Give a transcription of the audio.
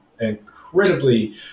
incredibly